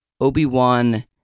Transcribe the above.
Obi-Wan